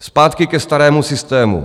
Zpátky ke starému systému.